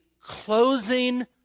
closing